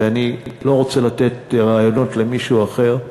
ואני לא רוצה לתת רעיונות למישהו אחר,